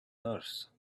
nurse